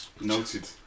Noted